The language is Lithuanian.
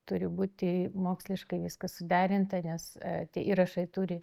turi būti moksliškai viskas suderinta nes tie įrašai turi